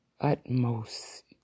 utmost